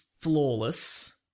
flawless